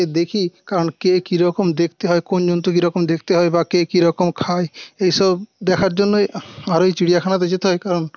দেখি কারণ কে কিরকম দেখতে হয় কোন জন্তু কিরকম দেখতে হয় বা কে কিরকম খায় এই সব দেখার জন্যই আরওই চিড়িয়াখানাতে যেতে হয় কারণ